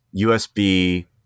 USB